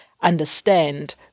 understand